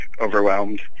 overwhelmed